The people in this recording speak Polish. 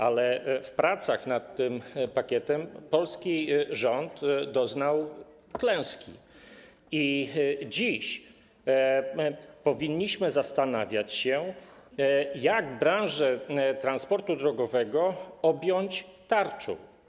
Ale w pracach nad tym pakietem polski rząd doznał klęski i dziś powinniśmy zastanawiać się, jak branżę transportu drogowego objąć tarczą.